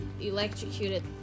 electrocuted